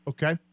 Okay